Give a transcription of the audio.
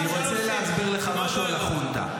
אני רוצה להסביר לך משהו על החונטה.